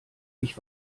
ich